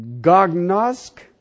Gognosk